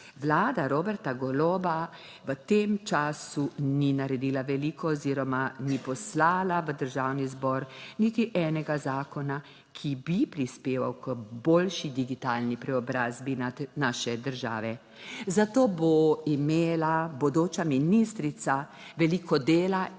Vlada Roberta Goloba v tem času ni naredila veliko oziroma ni poslala v Državni zbor niti enega zakona, ki bi prispeval k boljši digitalni preobrazbi naše države, zato bo imela bodoča ministrica veliko dela